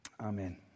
Amen